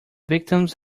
victims